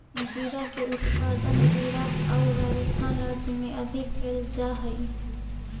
जीरा के उत्पादन गुजरात आउ राजस्थान राज्य में अधिक कैल जा हइ